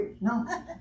no